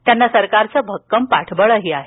त्यांना सरकारचं भक्कम पाठबळही आहे